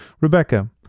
Rebecca